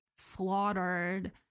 slaughtered